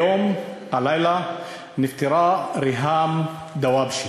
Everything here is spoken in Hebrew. היום, הלילה, נפטרה ריהאם דוואבשה,